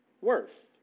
worth